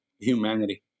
humanity